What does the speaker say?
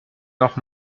noch